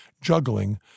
juggling